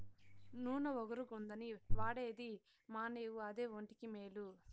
నూన ఒగరుగుందని వాడేది మానేవు అదే ఒంటికి మేలు